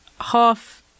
half